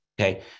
Okay